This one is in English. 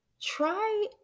try